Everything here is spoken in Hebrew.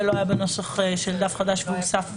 זה לא היה בנוסח של דף חדש והוסף עכשיו.